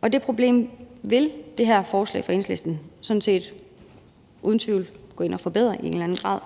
og det problem vil det her forslag fra Enhedslisten sådan set uden tvivl gå ind at forbedre i en eller anden grad,